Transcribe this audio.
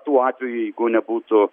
tuo atveju jeigu nebūtų